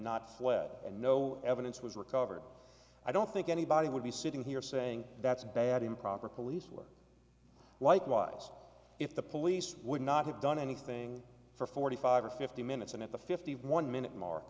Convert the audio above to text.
fled and no evidence was recovered i don't think anybody would be sitting here saying that's bad improper police work likewise if the police would not have done anything for forty five or fifty minutes and at the fifty one minute mark